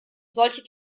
solche